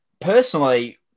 Personally